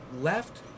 left